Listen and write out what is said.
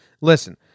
listen